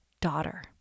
daughter